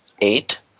eight